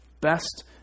best